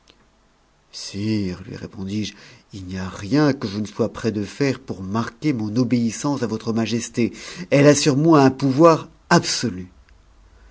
lui répondis-je il y rien que je ne sois prêt à faire pour marquer mon obéissance a votre majesté elle a sur moi un pouvoir absolu